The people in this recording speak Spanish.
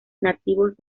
nativos